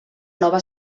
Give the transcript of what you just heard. nova